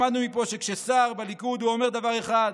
למדנו מפה שכשסער בליכוד הוא אומד דבר אחד,